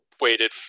waited